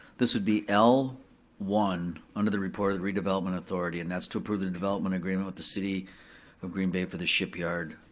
this would be l one under the report of the redevelopment authority, and that's to approve the development agreement with the city of green bay for the shipyard